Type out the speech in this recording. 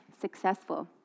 successful